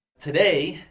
today,